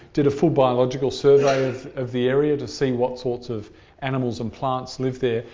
did a full biological survey of the area to see what sorts of animals and plants live there,